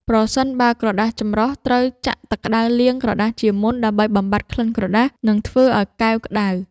ប្រសិនបើប្រើក្រដាសចម្រោះ ត្រូវចាក់ទឹកក្ដៅលាងក្រដាសជាមុនដើម្បីបំបាត់ក្លិនក្រដាស និងធ្វើឱ្យកែវក្ដៅ។